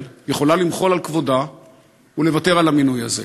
יכולה למחול על כבודה ולוותר על המינוי הזה.